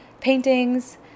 paintings